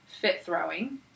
fit-throwing